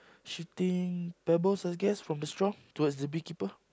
shooting pebbles I guess from the straw towards the beekeeper